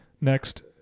next